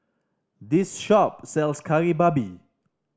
this shop sells Kari Babi